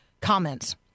comments